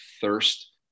thirst